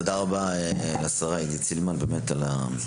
תודה רבה לשרה עידית סילמן על היוזמה,